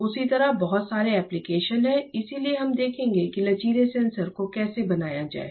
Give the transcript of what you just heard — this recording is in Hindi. उसी तरह बहुत सारे एप्लिकेशन हैं इसलिए हम देखेंगे कि लचीले सेंसर को कैसे बनाया जाए